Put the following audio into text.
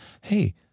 hey